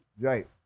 Right